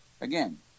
again